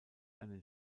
einen